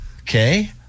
Okay